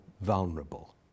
vulnerable